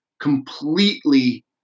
completely